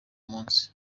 munsi